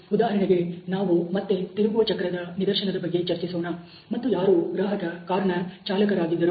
ಉದಾಹರಣೆಗೆ ನಾವು ಮತ್ತೆ ತಿರುಗುವ ಚಕ್ರದ ನಿದರ್ಶನದ ಬಗ್ಗೆ ಚರ್ಚಿಸೋಣ ಮತ್ತು ಯಾರು ಗ್ರಾಹಕ ಕಾರ್'ನ ಚಾಲಕರಾಗಿದ್ದರು